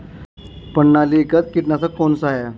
प्रणालीगत कीटनाशक कौन सा है?